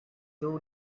two